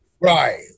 right